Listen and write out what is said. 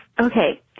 Okay